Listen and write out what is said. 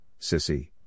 sissy